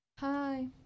Hi